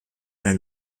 einer